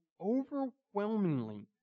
overwhelmingly